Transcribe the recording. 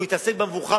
הוא יתעסק רק בבוקה,